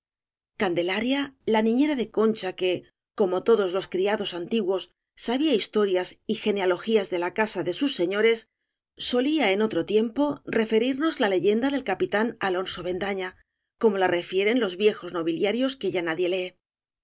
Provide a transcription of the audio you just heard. candelaria la niñera de concha que como todos los criados antiguos sabía historias y genealogías de la casa de sus seño res solía en otro tiempo referirnos la le yenda del capitán alonso bendaña como la refieren los viejos nobiliarios que ya nadie lee